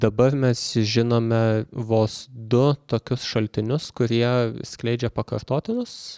dabar mes žinome vos du tokius šaltinius kurie skleidžia pakartotinus